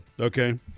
Okay